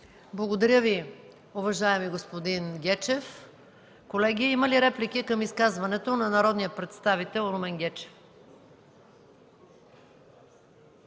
Благодаря Ви, уважаеми господин Гечев. Колеги, има ли реплики към изказването на народния представител Румен Гечев?